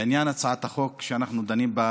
בעניין הצעת החוק שאנחנו דנים בה,